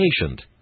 patient